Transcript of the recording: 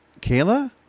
Kayla